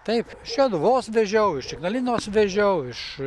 taip iš joduvos vežiau iš ignalinos vežiau iš